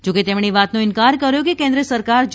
જો કે તેમણે એ વાતનો ઇન્કાર કર્યો કે કેન્દ્ર સરકાર જી